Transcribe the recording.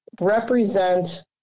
represent